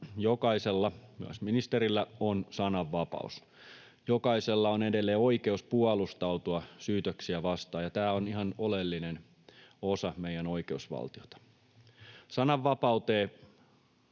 jokaisella, myös ministerillä, on sananvapaus, jokaisella on edelleen oikeus puolustautua syytöksiä vastaan, ja tämä on ihan oleellinen osa meidän oikeusvaltiotamme. Sananvapauteen